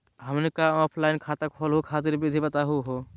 हमनी क ऑफलाइन खाता खोलहु खातिर विधि बताहु हो?